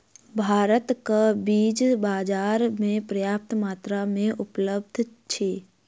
भारतक बीज बाजार में पर्याप्त मात्रा में उपलब्ध अछि